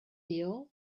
been